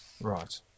Right